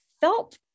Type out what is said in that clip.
felt